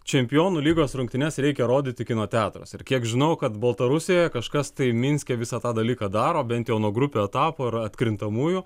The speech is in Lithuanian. čempionų lygos rungtynes reikia rodyti kino teatruose ir kiek žinau kad baltarusijoje kažkas tai minske visą tą dalyką daro bent jau nuo grupių etapo atkrintamųjų